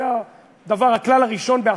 זה הכלל הראשון בהסברה: